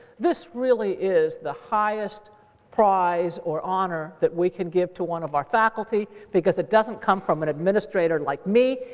this really is the highest prize or honor that we can give to one of our faculty because it doesn't come from an administrator like me.